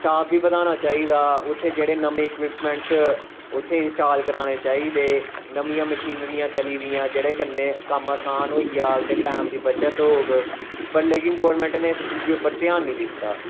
लेकिन स्टाफ उ'न्ने दा उ'न्ना ऐ बी बद्धाना चाहिदा उत्थै जेह्ड़े नमीं इक्यूपमेंटस उत्थे इंस्टाल कराने चाहिदे नमियां मशिनरियां चली दियां जेह्दे कन्नै कम्म असान होइया ते टैम दी बचत होग बडले गी गोर्मेंट ने इस चीजें पर ध्यान नीं दित्ता